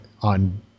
on